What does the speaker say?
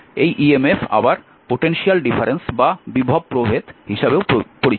এই ইএমএফ আবার potential difference বা বিভব প্রভেদ হিসাবেও পরিচিত